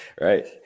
Right